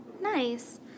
Nice